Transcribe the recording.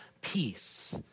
peace